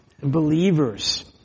believers